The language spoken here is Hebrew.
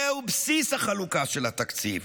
זהו בסיס החלוקה של התקציב,